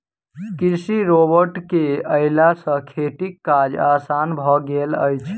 कृषि रोबोट के अयला सॅ खेतीक काज आसान भ गेल अछि